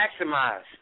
maximize